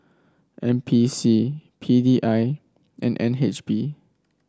N P C P D I and N H B